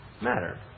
matter